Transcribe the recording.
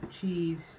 Cheese